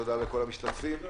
תודה לכל המשתתפים.